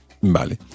Vale